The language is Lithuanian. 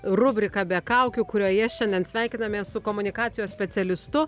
rubriką be kaukių kurioje šiandien sveikinamės su komunikacijos specialistu